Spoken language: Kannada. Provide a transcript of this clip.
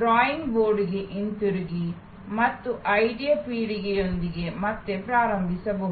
ಡ್ರಾಯಿಂಗ್ ಬೋರ್ಡ್ಗೆ ಹಿಂತಿರುಗಿ ಮತ್ತು ಐಡಿಯಾ ಪೀಳಿಗೆಯೊಂದಿಗೆ ಮತ್ತೆ ಪ್ರಾರಂಭಿಸಬಹುದು